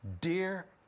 dear